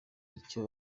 icyo